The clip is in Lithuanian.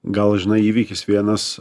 gal žinai įvykis vienas